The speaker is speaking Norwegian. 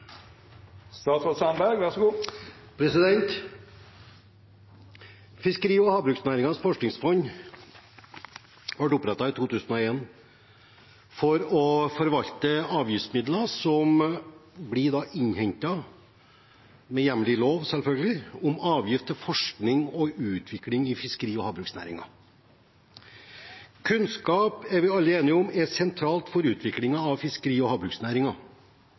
forvalte avgiftsmidler som – selvfølgelig – blir innhentet med hjemmel i lov om avgift til forskning og utvikling i fiskeri- og havbruksnæringen. Kunnskap er vi alle enige om er sentralt for utviklingen av fiskeri- og